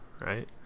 right